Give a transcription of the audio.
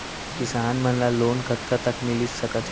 किसान मन ला लोन कतका तक मिलिस सकथे?